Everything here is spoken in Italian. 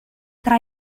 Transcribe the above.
tra